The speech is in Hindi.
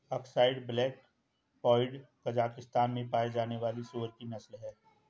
अक्साई ब्लैक पाइड कजाकिस्तान में पाया जाने वाली सूअर की नस्ल है